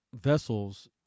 vessels